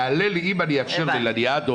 יעלה לי אם אני אאפשר ללניאדו,